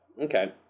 okay